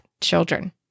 children